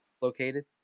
located